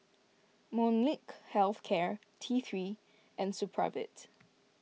Molnylcke Health Care T three and Supravit